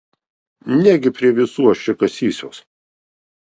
negi prie visų aš čia kasysiuos